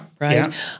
right